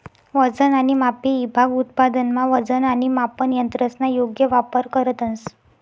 वजन आणि मापे ईभाग उत्पादनमा वजन आणि मापन यंत्रसना योग्य वापर करतंस